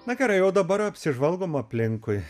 na gerai o dabar apsižvalgom aplinkui